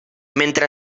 mentre